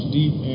deep